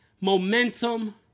momentum